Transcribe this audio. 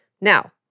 Now